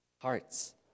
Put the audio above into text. hearts